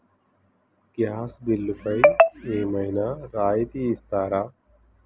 Gas బిల్లుపై ఏమైనా రాయితీ ఇస్తారా?